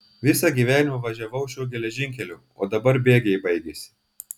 visą gyvenimą važiavau šiuo geležinkeliu o dabar bėgiai baigėsi